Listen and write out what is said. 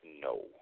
no